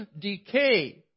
decay